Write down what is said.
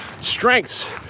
strengths